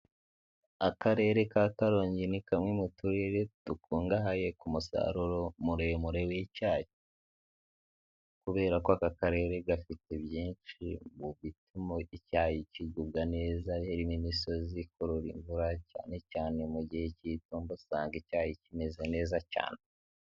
Akarere ka Karongi ni kamwe mu turere dukungahaye ku musaruro muremure w'icyayi. Kubera ko aka Karere gafite byinshi mubituma icyayi kigubwa neza harimo n'imisozi ikurura imvura, cyane cyane mu gihe cy'itumba usanga icyari kimeze neza cyane.